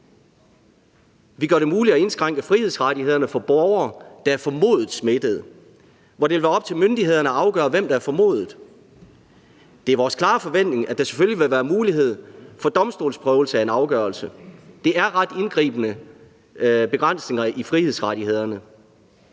Vi gør det muligt at indskrænke frihedsrettighederne for borgere, der er formodet smittede, hvor det vil være op til myndighederne at afgøre, hvem der er formodet smittet. Det er vores klare forventning, at der selvfølgelig vil være mulighed for domstolsprøvelse af en afgørelse. Det er ret indgribende begrænsninger af frihedsrettighederne.